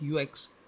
UX